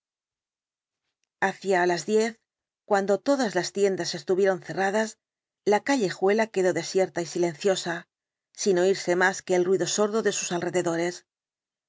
hacia las diez cuando todas las tiendas estuvieron cerradas la callejuela quedó desierta y silenciosa sin oirse más que el ruido sordo de sus alrededores